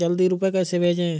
जल्दी रूपए कैसे भेजें?